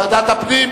ועדת הפנים,